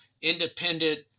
independent